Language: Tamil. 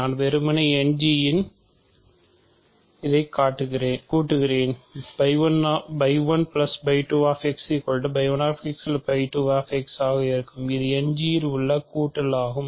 நான் யிள் இதை கூட்டுகிறேன் இல் உள்ள கூட்டல் ஆகும்